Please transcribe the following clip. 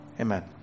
Amen